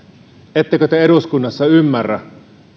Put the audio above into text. ettekö te eduskunnassa ymmärrä